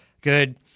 good